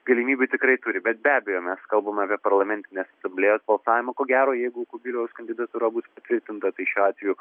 galimybių tikrai turi bet be abejo mes kalbam apie parlamentinės asamblėjos balsavimą ko gero jeigu kubiliaus kandidatūra bus patvirtinta tai šiuo atveju